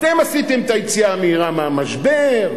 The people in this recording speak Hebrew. אתם עשיתם את היציאה המהירה מהמשבר,